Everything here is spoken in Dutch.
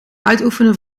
uitoefenen